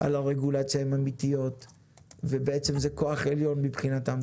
על הרגולציה הן אמיתיות ובעצם זה כוח עליו מבחינתן,